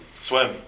swim